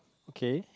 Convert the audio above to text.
okay